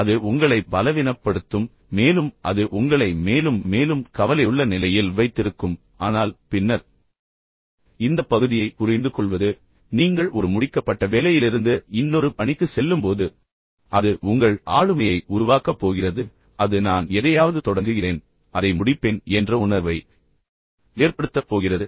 அது உங்களை பலவீனப்படுத்தும் மேலும் அது உங்களை மேலும் மேலும் கவலையுள்ள நிலையில் வைத்திருக்கும் ஆனால் பின்னர் இந்த பகுதியை புரிந்துகொள்வது நீங்கள் ஒரு முடிக்கப்பட்ட வேலையிலிருந்து இன்னொரு பணிக்கு செல்லும்போது எனவே அது உங்கள் ஆளுமையை உருவாக்கப் போகிறது அது நான் எதையாவது தொடங்குகிறேன் அதை முடிப்பேன் என்ற உணர்வை ஏற்படுத்தப் போகிறது